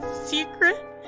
secret